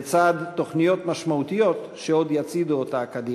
לצד תוכניות משמעותיות שעוד יצעידו אותה קדימה.